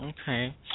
Okay